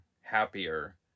Happier